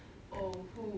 oh who